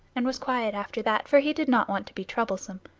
and was quiet after that, for he did not want to be troublesome.